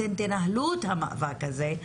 אתן תנהלו את המאבק הזה,